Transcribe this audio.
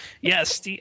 Yes